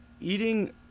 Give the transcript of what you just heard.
eating